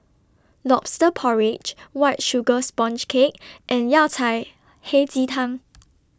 Lobster Porridge White Sugar Sponge Cake and Yao Cai Hei Ji Tang